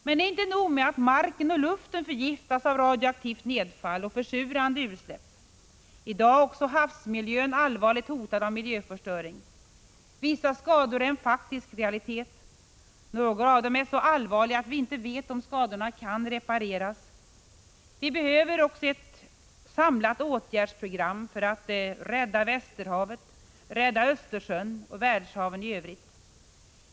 Det är inte nog med att marken och luften förgiftas av radioaktivt nedfall och försurande utsläpp. I dag är också havsmiljön allvarligt hotad av miljöförstöring. Vissa skador är en faktisk realitet, och några av dem är så allvarliga att vi inte vet om skadorna kan repareras. Vi behöver ett samlat åtgärdsprogram för att rädda Västerhavet, Östersjön och världshaven i övrigt.